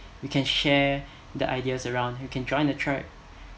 we can share the ideas around you can join a track